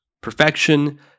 Perfection